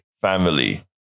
family